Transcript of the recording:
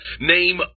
name